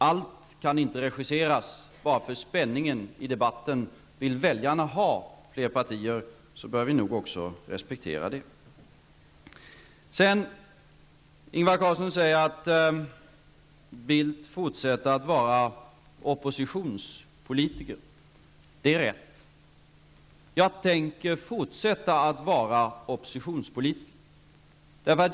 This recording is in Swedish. Allt kan inte regisseras, bara för att ge spänning till debatten. Vill väljarna ha fler partier, bör vi nog respektera det. Ingvar Carlsson säger att jag fortsätter att vara oppositionspolitiker. Det är rätt. Jag tänker fortsätta att vara oppositionspolitiker.